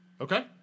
Okay